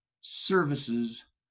services